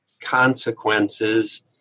consequences